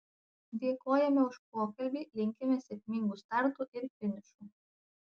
dėkojame už pokalbį linkime sėkmingų startų ir finišų